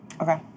Okay